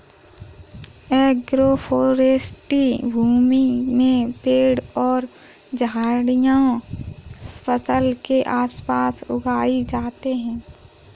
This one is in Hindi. एग्रोफ़ोरेस्टी भूमि में पेड़ और झाड़ियाँ फसल के आस पास उगाई जाते है